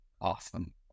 Awesome